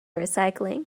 recycling